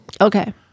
Okay